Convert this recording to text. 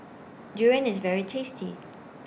Durian IS very tasty